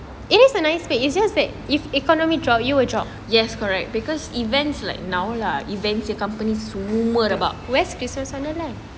yes correct because event like now lah event punya accompany semua about